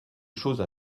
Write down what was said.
choses